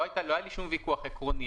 לא היה לי שום ויכוח עקרוני,